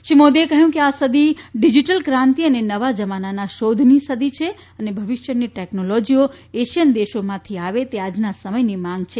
શ્રી મોદીએ કહ્યું કે આ સદી ડીજીટલ ક્રાંતિ અને નવા જમાનાના શોધની સદી છે અને ભવિષ્યની ટેકનોલોજીઓ એશિયન દેશોમાંથી આવે તે આજના સમયની માંગ છે